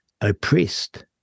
oppressed